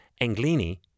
Anglini